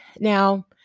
Now